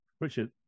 Richard